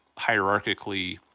hierarchically